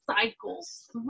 cycles